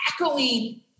echoing